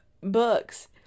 books